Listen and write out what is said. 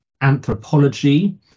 anthropology